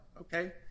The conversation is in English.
okay